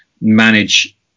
manage